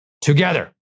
together